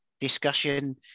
discussion